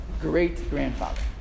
great-grandfather